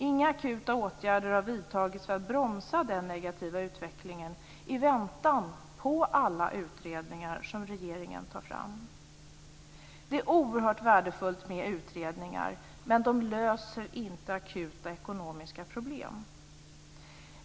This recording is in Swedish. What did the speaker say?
Inga akuta åtgärder har vidtagits för att bromsa den negativa utvecklingen i väntan på alla utredningar som regeringen tar fram. Det är oerhört värdefullt med utredningar, men de löser inte akuta ekonomiska problem.